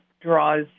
draws